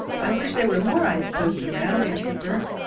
i wish there were more ice boats around, answered bert.